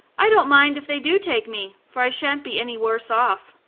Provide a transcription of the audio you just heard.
i don't mind if they do take me, for i shan't be any worse off.